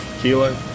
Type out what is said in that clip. kilo